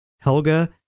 Helga